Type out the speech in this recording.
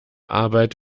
arbeit